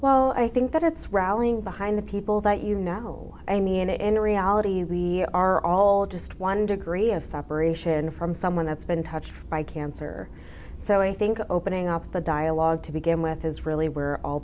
well i think that it's rallying behind the people that you know i mean a reality we are all just one degree of separation from someone that's been touched by cancer so i think opening up the dialogue to begin with is really where all